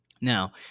Now